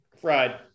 Fried